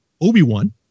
Obi-Wan